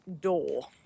door